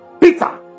Peter